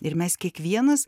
ir mes kiekvienas